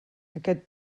aquest